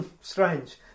strange